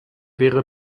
wäre